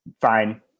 fine